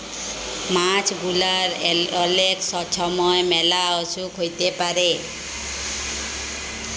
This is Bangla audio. মাছ গুলার অলেক ছময় ম্যালা অসুখ হ্যইতে পারে